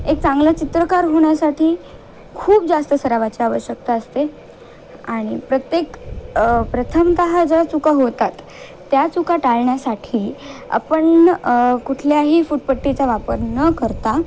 एक चांगला चित्रकार होण्यासाठी खूप जास्त सरावाची आवश्यकता असते आणि प्रत्येक प्रथमतः ज्या चुका होतात त्या चुका टाळण्यासाठी आपण कुठल्याही फुट पट्टीचा वापर न करता